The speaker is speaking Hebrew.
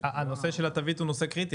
הנושא של התווית הוא נושא קריטי